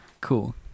Cool